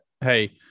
hey